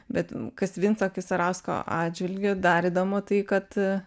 bet kas vinco kisarausko atžvilgiu dar įdomu tai kad